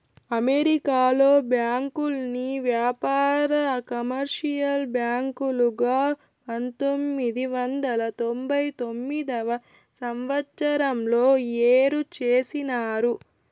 అమెరికాలో బ్యాంకుల్ని వ్యాపార, కమర్షియల్ బ్యాంకులుగా పంతొమ్మిది వందల తొంభై తొమ్మిదవ సంవచ్చరంలో ఏరు చేసినారు